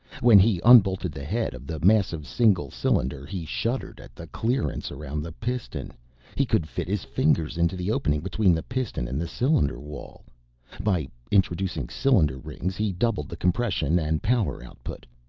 when he unbolted the head of the massive single cylinder he shuddered at the clearance around the piston he could fit his fingers into the opening between the piston and the cylinder wall by introducing cylinder rings he doubled the compression and power output.